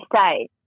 say